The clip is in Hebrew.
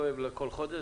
לא אוהב להפקיד בכל חודש,